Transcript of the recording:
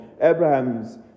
Abraham's